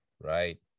right